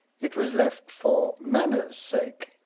it was left for manners sake,